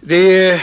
Det